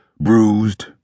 bruised